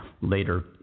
later